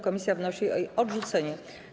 Komisja wnosi o jej odrzucenie.